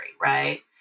right